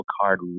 Card